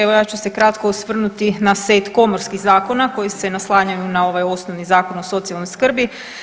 Evo ja ću se kratko osvrnuti na set komorskih zakona koji se naslanjaju na ovaj osnovni Zakon o socijalnoj skrbi.